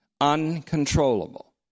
Uncontrollable